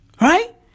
Right